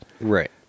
Right